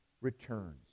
returns